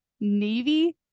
navy